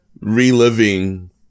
reliving